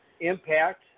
impact